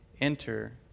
enter